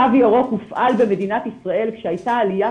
תו ירוק הופעל במדינת ישראל כשהייתה עליית